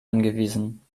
angewiesen